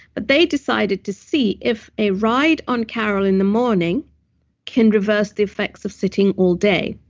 but they decided to see if a ride on car o l in the morning can reverse the effects of sitting all day.